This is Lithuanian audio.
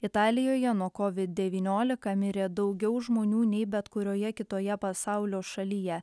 italijoje nuo covid devyniolika mirė daugiau žmonių nei bet kurioje kitoje pasaulio šalyje